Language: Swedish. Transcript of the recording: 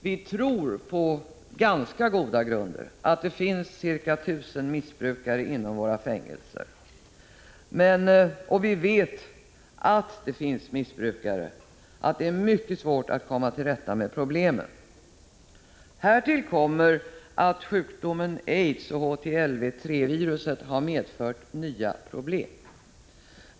Vi tror på ganska goda grunder att det finns ca 1 000 missbrukare inom våra fängelser, och att det alltså finns missbrukare samt att det är mycket svårt att komma till rätta med problemen. Härtill kommer att sjukdomen aids och HTLV-III-viruset har medfört nya problem.